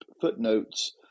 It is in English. footnotes